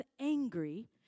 angry